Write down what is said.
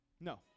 No